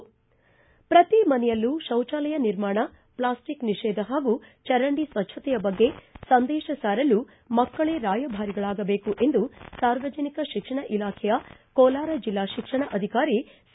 ಪ್ರತಿ ಮನೆಯಲ್ಲೂ ಶೌಚಾಲಯ ನಿರ್ಮಾಣ ಪ್ಲಾಸ್ಟಿಕ್ ನಿಷೇಧ ಪಾಗೂ ಚರಂಡಿ ಸ್ವಚ್ವತೆಯ ಬಗ್ಗೆ ಸಂದೇಶ ಸಾರಲು ಮಕ್ಕಳೇ ರಾಯಬಾರಿಗಳಾಗಬೇಕು ಎಂದು ಸಾರ್ವಜನಿಕ ಶಿಕ್ಷಣ ಇಲಾಖೆ ಕೋಲಾರ ಜಿಲ್ಲಾ ಶಿಕ್ಷಣಾಧಿಕಾರಿ ಸಿ